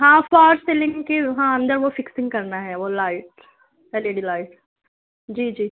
ہاں false ceiling کی ہاں اندر وہ فکسنگ کرنا ہے وہ light L E D light جی جی